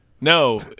No